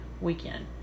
weekend